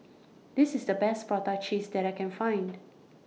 This IS The Best Prata Cheese that I Can Find